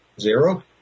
zero